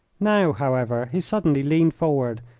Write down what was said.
now, however, he suddenly leaned forward,